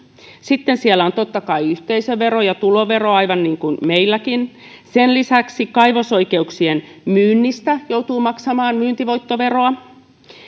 sitten siellä on totta kai yhteisövero ja tulovero aivan niin kuin meilläkin sen lisäksi kaivosoikeuksien myynnistä joutuu maksamaan myyntivoittoveroa